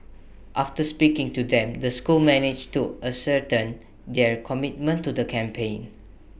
after speaking to them the school managed to ascertain their commitment to the campaign